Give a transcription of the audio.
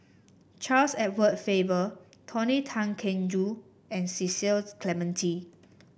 Charles Edward Faber Tony Tan Keng Joo and Cecil Clementi